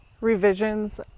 revisions